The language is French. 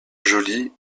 jolie